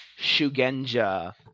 Shugenja